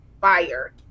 fire